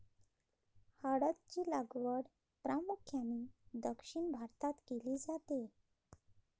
हळद ची लागवड प्रामुख्याने दक्षिण भारतात केली जाते